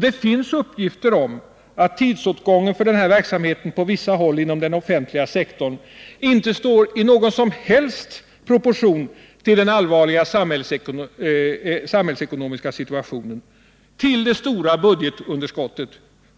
Det finns uppgifter om att tidsåtgången för denna verksamhet på vissa håll inom den offentliga sektorn inte står i någon som helst proportion till den allvarliga samhällsekonomiska situationen, till det stora budgetunderskottet